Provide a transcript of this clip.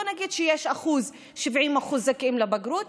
בואו נגיד שיש 70% זכאים לבגרות,